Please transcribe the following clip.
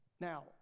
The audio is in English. now